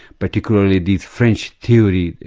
particularly the french theory.